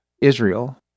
Israel